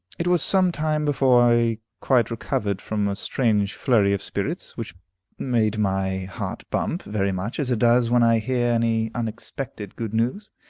it was some time before i quite recovered from a strange flurry of spirits, which made my heart bump very much as it does when i hear any unexpected good news.